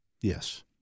Yes